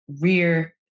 rear